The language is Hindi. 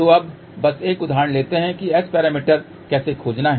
तो अब बस एक उदाहरण लेते हैं कि S पैरामीटर कैसे खोजना है